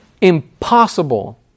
impossible